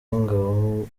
w’ingabo